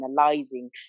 analyzing